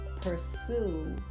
pursue